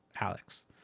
Alex